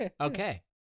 Okay